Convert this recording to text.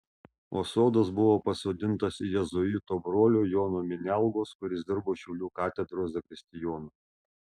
o sodas buvo pasodintas jėzuito brolio jono minialgos kuris dirbo šiaulių katedros zakristijonu